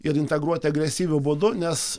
ir integruoti agresyviu būdu nes